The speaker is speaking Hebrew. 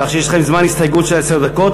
כך שיש לכם זמן הסתייגות של עשר דקות.